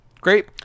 Great